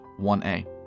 1A